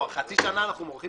חצי שנה אנחנו מורחים את החוק הזה.